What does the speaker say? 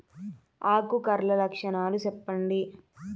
ఆకు కర్ల లక్షణాలు సెప్పండి